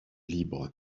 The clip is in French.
libre